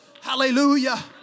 Hallelujah